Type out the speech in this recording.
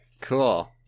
cool